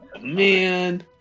man